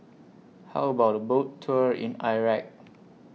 How about A Boat Tour in Iraq